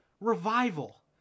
revival